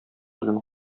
белән